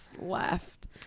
left